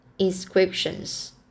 inscriptions